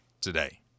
today